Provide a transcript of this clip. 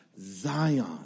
Zion